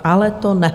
Ale to ne.